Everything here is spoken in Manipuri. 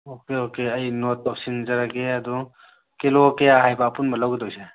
ꯑꯣꯀꯦ ꯑꯣꯀꯦ ꯑꯩ ꯅꯣꯠ ꯇꯧꯁꯟꯖꯔꯒꯦ ꯑꯗꯨ ꯀꯤꯂꯣ ꯀꯌꯥ ꯍꯥꯏꯕ ꯑꯄꯨꯟꯕ ꯂꯧꯒꯗꯣꯏꯁꯦ